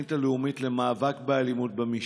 לתוכנית הלאומית למאבק באלימות במשפחה.